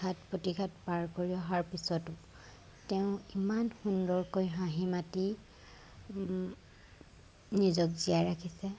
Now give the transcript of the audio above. ঘাট প্ৰতিঘাট পাৰ কৰি অহাৰ পিছতো তেওঁ ইমান সুন্দৰকৈ হাঁহি মাতি নিজক জীয়াই ৰাখিছে